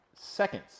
seconds